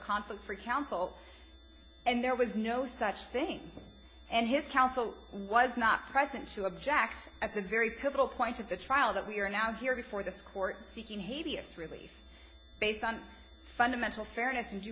conflict for counsel and there was no such thing and his counsel was not present to object at the very pivotal point of the trial that we are now here before this court seeking behavior it's really based on fundamental fairness and d